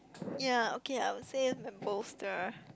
ya okay I would say my booster